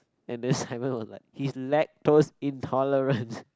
and then Simon was like he is lactose intolerant